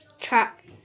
track